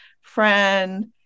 friend